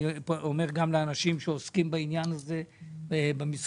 אני אומר גם לאנשים שעוסקים בעניין הזה במשרדים.